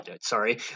sorry